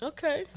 Okay